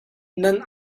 nan